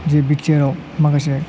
जे बिटिआरआव माखासे